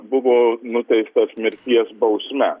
buvo nuteistas mirties bausme